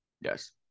Yes